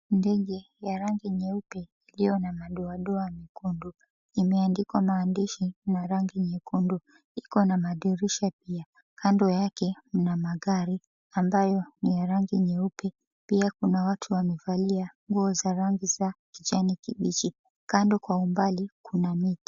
Ndege ya rangi nyeupe iliyo na madoadoa mekundu. Imeandikwa maandishi, na rangi nyekundu. Iko na madirisha pia. Kando yake mna magari ambayo ni ya rangi nyeupe. Pia kuna watu wamevalia nguo za rangi za kijani kibichi. Kando kwa umbali, kuna miti.